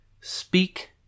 speak